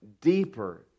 deeper